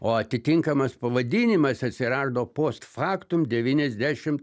o atitinkamas pavadinimas atsirado post faktum devyniasdešim